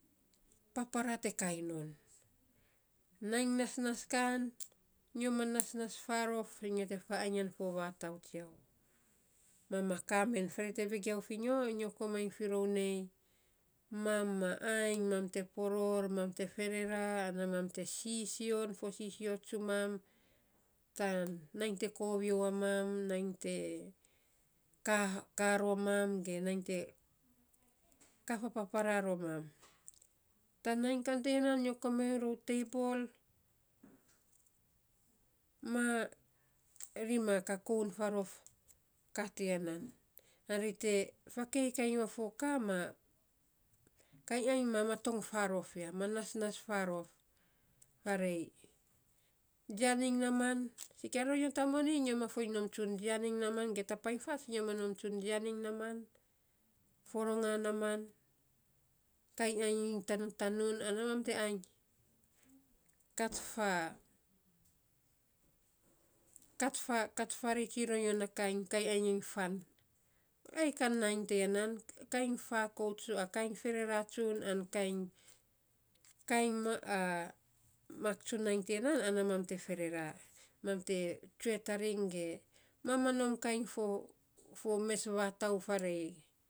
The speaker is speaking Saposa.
Papara te kain non, nainy nasnas kan, nyo ma nasnas faarof nyo tefafainy fo vatau tsiau, mam ma kaa men, faarei te vegiau fi nyo. Nyo koman firou nei, mam ma ainy, mam te poroo, mam te ferera, ana mam te sisio fo sisio tsumam. Tan nainy te kovio a mam, nainy te, kaa rom mam, ge nainy te kaa fa papara rom mam, tan nainy kan to ya nan nyo komainy ror teibol, ma ri ma kakout faarof ka tiya nan ana ri te faakei kain a foka, ma kain ainy ma maton faarof ya, ma nasnas faarof, faarei jian iny naaman, sikia ro nyo ta moni nyo ma foiny, nom tsu jian iny naaman ge ta painy fats nyo ma nom tsun jian iny naaman, foronga naaman, kain ainy iny tan tanun ana mam te ainy. kat fa kat fa, kat faarei tsuiny ronyo na kain kain ainy iny fan, ain kan nainy tiya nan. kain fakaut, kainy ferera tsun an kain mak tsun nainy tiya nan ana mam te ferera, mam te tsue taring ge mam ma nom kain fo fo mes vatau faarei.